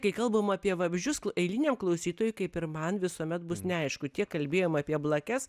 kai kalbam apie vabzdžius kl eiliniam klausytojui kaip ir man visuomet bus neaišku tiek kalbėjome apie blakes